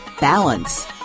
balance